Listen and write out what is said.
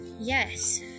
yes